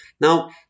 now